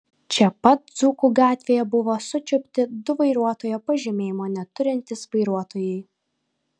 čia pat dzūkų gatvėje buvo sučiupti du vairuotojo pažymėjimo neturintys vairuotojai